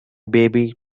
baby